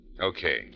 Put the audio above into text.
Okay